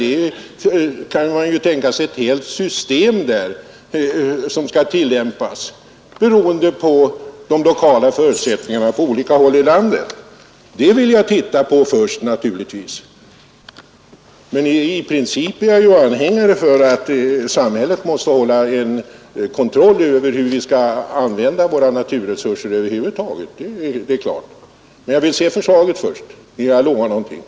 Det kan ju vara fråga om ett helt system av regler som skall tillämpas beroende på de lokala förutsättningarna på olika håll i landet. I princip är jag anhängare av att samhället måste kontrollera hur vi skall använda våra naturresurser, men jag vill först se förslagen innan jag utlovar vilken ställning jag kommer att inta.